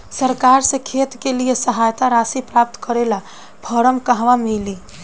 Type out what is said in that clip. सरकार से खेत के लिए सहायता राशि प्राप्त करे ला फार्म कहवा मिली?